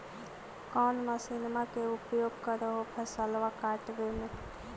कौन मसिंनमा के उपयोग कर हो फसलबा काटबे में?